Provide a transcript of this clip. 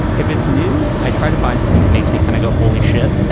if it's news, i try to find something that makes me kind of go, holy shit,